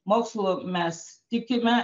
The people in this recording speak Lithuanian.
mokslu mes tikime